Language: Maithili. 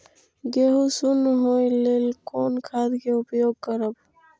गेहूँ सुन होय लेल कोन खाद के उपयोग करब?